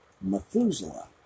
Methuselah